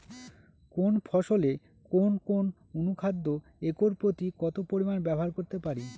কোন ফসলে কোন কোন অনুখাদ্য একর প্রতি কত পরিমান ব্যবহার করতে পারি?